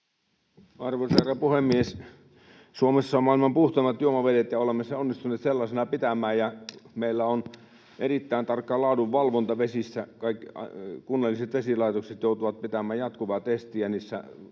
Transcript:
Arvoisa herra puhemies! Suomessa on maailman puhtaimmat juomavedet, ja olemme ne onnistuneet sellaisina pitämään. Meillä on erittäin tarkka laadunvalvonta vesissä. Kunnalliset vesilaitokset joutuvat pitämään jatkuvaa testiä